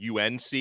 UNC